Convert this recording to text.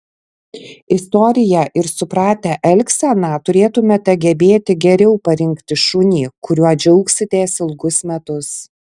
istoriją ir supratę elgseną turėtumėte gebėti geriau parinkti šunį kuriuo džiaugsitės ilgus metus